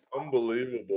Unbelievable